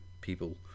people